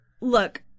Look